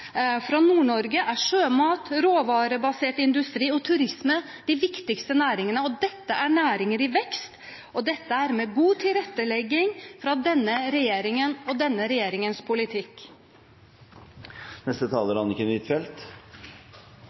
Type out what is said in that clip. er sjømat, råvarebasert industri og turisme de viktigste næringene. Dette er næringer i vekst, og det er med god tilrettelegging fra denne regjeringen med denne regjeringens politikk. I spørsmålet om atomvåpen er